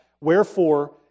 Wherefore